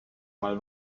mal